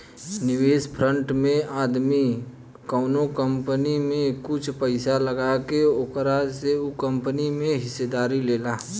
निवेश फंड में आदमी कवनो कंपनी में कुछ पइसा लगा के ओकरा से उ कंपनी में हिस्सेदारी लेला